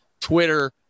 Twitter